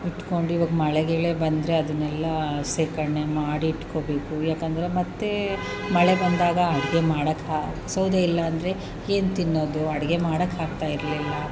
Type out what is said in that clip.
ಇಟ್ಕೊಂಡು ಇವಾಗ ಮಳೆ ಗಿಳೆ ಬಂದರೆ ಅದನ್ನೆಲ್ಲ ಶೇಖರಣೆ ಮಾಡಿ ಇಟ್ಕೊಳ್ಬೇಕು ಏಕೆಂದ್ರೆ ಮತ್ತೆ ಮಳೆ ಬಂದಾಗ ಅಡುಗೆ ಮಾಡೋಕ್ಕೆ ಸೌದೆ ಇಲ್ಲ ಅಂದರೆ ಏನು ತಿನ್ನೋದು ಅಡುಗೆ ಮಾಡೋಕ್ಕಾಗ್ತಾಯಿರ್ಲಿಲ್ಲ